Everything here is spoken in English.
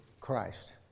christ